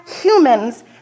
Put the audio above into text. humans